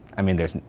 i mean, there's,